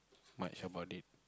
much about it